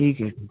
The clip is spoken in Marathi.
ठीक आहे